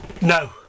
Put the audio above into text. No